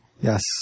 Yes